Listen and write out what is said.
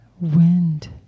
Wind